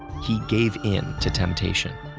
he gave into temptation.